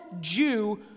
Jew